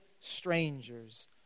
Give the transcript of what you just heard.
strangers